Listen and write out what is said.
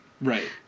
Right